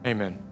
Amen